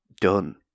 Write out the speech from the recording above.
done